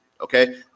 okay